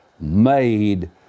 made